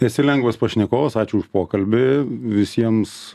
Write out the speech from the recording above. esi lengvas pašnekovas ačiū už pokalbį visiems